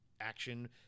action